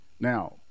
Now